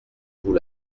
vous